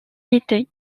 était